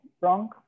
wrong